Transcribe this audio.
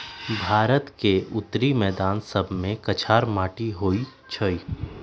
भारत के उत्तरी मैदान सभमें कछार माटि होइ छइ